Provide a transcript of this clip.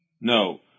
no